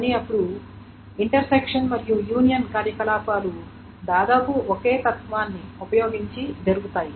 కానీ అప్పుడు ఇంటర్సెక్షన్ మరియు యూనియన్ కార్యకలాపాలు దాదాపు ఒకే తత్వాన్ని ఉపయోగించి జరుగుతున్నాయి